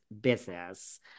business